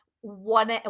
one